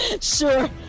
Sure